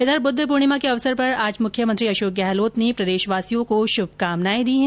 इधर बुद्ध पूर्णिमा के अवसर पर आज मुख्यमंत्री अशोक गहलोत ने प्रदेशवासियों को शुभकामनाएं दी है